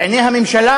בעיני הממשלה